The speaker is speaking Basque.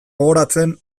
gogoratzen